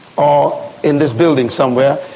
or in this building somewhere.